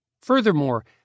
Furthermore